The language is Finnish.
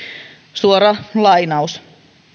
suora lainaus